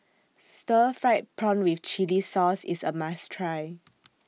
Stir Fried Prawn with Chili Sauce IS A must Try